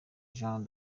jean